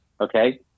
Okay